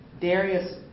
Darius